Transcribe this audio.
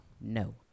no